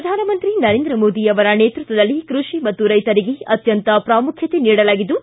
ಪ್ರಧಾನಮಂತ್ರಿ ನರೇಂದ್ರ ಮೋದಿ ಅವರ ನೇತೃತ್ವದಲ್ಲಿ ಕೃಷಿ ಮತ್ತು ರೈಶರಿಗೆ ಅತ್ಯಂತ ಪ್ರಾಮುಖ್ಯತೆ ನೀಡಲಾಗಿದ್ದು